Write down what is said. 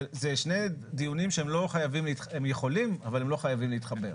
זה שני דיונים שיכולים אבל לא חייבים להתחבר.